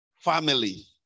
family